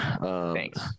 Thanks